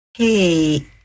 Hey